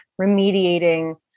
remediating